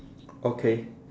okay